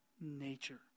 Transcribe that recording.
nature